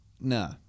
nah